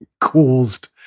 caused